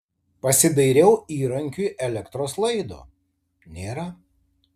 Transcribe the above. pasidairiau įrankiui elektros laido nėra